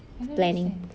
I don't understand